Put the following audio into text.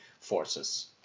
forces